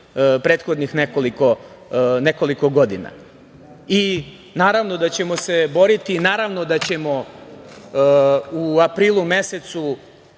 prethodnih nekoliko godina i naravno da ćemo se boriti i naravno da ćemo u aprilu mesecu,